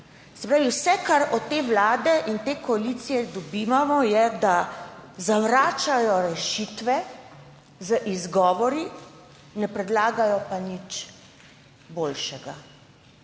Vse, kar od te vlade in te koalicije dobivamo, je, da zavračajo rešitve z izgovori, ne predlagajo pa nič boljšega.